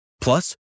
Plus